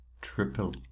Triple